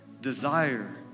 desire